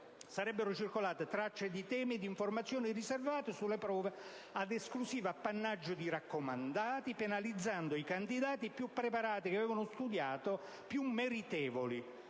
sarebbero circolate tracce di temi ed informazioni riservate sulle prove, ad esclusivo appannaggio di raccomandati, penalizzando i candidati più preparati e più meritevoli,